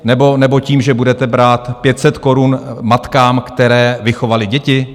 Nebo tím, že budete brát 500 korun matkám, které vychovaly děti?